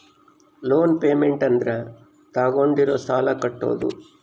loan payment ಅಂದ್ರ ತಾಗೊಂಡಿರೋ ಸಾಲ ಕಟ್ಟೋದು